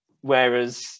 Whereas